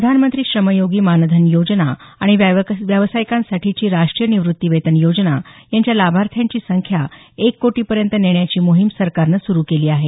प्रधानमंत्री श्रमयोगी मानधन योजना आणि व्यावसायिकांसाठीची राष्टीय निवृत्तीवेतन योजना यांच्या लाभार्थ्यांची संख्या एक कोटी पर्यंत नेण्याची मोहीम सरकारनं सुरु केली आहे